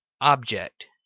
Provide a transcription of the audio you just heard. object